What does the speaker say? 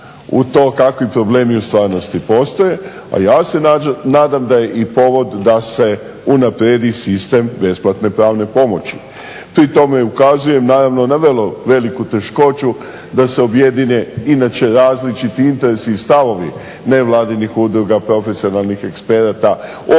u to kakvi problemi u stvarnosti postoje, a ja se nadam da je i povod da se unaprijedi sistem besplatne pravne pomoći. Pri tome ukazujem naravno na vrlo veliku teškoću da se objedine inače različiti interesi i stavovi nevladinih udruga, profesionalnih eksperata,